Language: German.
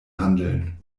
handeln